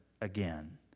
again